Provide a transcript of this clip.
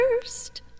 first